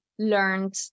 learned